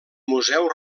museu